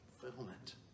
fulfillment